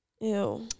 Ew